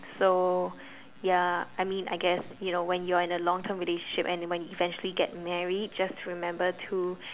so ya I mean I guess when you're in a long term relationship and when you eventually get married just to remember to